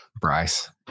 Bryce